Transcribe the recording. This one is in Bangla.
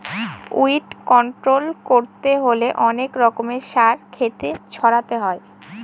উইড কন্ট্রল করতে হলে অনেক রকমের সার ক্ষেতে ছড়াতে হয়